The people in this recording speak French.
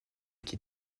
qui